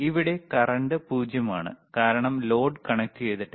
ഇവിടെ കറന്റ് 0 ആണ് കാരണം ലോഡ് കണക്റ്റുചെയ്തിട്ടില്ല